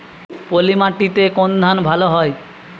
পলিমাটিতে কোন ধান ভালো হয়?